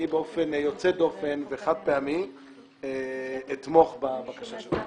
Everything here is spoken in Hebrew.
אני באופן יוצא דופן וחד-פעמי אתמוך בבקשה שלך.